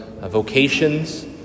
vocations